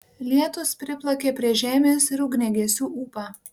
lietūs priplakė prie žemės ir ugniagesių ūpą